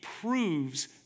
proves